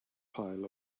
pile